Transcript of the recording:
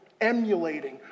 emulating